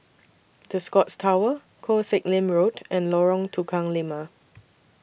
The Scotts Tower Koh Sek Lim Road and Lorong Tukang Lima